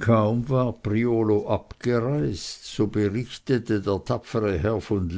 kaum war priolo abgereist so berichtete der tapfere herr von